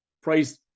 Price